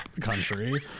country